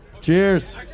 Cheers